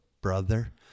brother